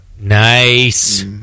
Nice